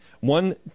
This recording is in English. One